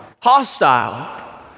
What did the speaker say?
hostile